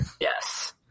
Yes